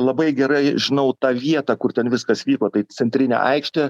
labai gerai žinau tą vietą kur ten viskas vyko tai centrinė aikštė